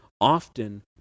often